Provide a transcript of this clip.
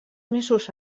mesos